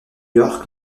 york